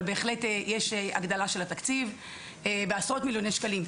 אבל בהחלט יש הגדלה של התקציב בעשרות מיליוני שקלים.